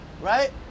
Right